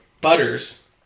Butters